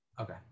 okay